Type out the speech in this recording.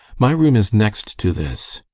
my room is nest to this.